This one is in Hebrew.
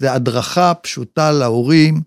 זה הדרכה פשוטה להורים.